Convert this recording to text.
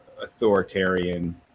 authoritarian